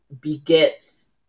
begets